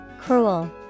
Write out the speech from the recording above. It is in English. cruel